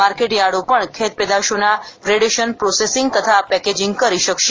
માર્કેટયાર્ડો પણ ખેતપેદાશોના gradation processing તથા પેકેજિંગ કરી શકશે